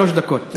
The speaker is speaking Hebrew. שלוש דקות.